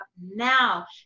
now